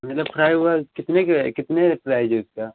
मतलब फ्राई उराई कितने की है कितना प्राइज है इसका